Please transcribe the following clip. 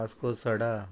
Vasco Sada